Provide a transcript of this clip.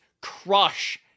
crush